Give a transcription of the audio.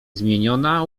zmieniona